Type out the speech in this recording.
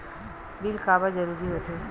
Bill काबर जरूरी होथे?